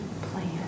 plan